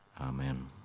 Amen